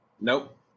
nope